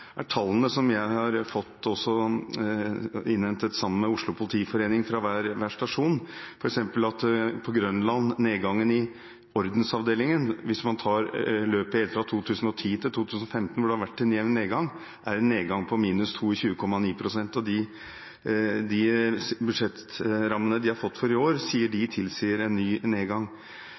tallene som jeg har fått, som er innhentet sammen med Oslo politiforening, fra hver stasjon, at f.eks. på Grønland er nedgangen i ordensavdelingen, hvis man tar løpet helt fra 2010 til 2015, hvor det har vært en jevn nedgang, på 22,9 pst. Og de sier at budsjettrammene de har fått for i år, tilsier en ny nedgang.